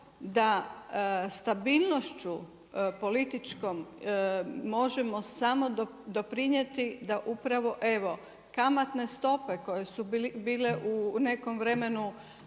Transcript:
da stabilnošću političkom, možemo samo doprinijeti da upravo evo kamatne stope koje su bile u nekom vremenu